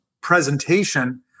presentation